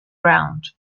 ground